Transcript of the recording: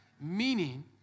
meaning